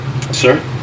Sir